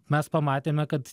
mes pamatėme kad